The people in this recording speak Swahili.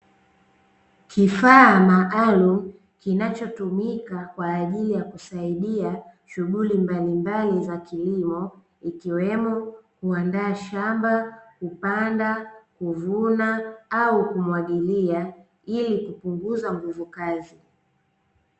Kifaa maalum kinachotumika kwaajili ya kusaidia shughuli mbalimbali za kilimo ikiwemo: kuandaa shamba, kupanda, kuvuna au kumwagilia, ili kupunguza nguvu kazi.